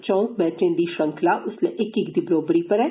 चौं मैचें दी श्रृंखला इस्सलै इक इक दी बरोबरी पर ऐ